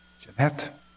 Jeanette